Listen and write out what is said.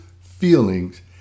feelings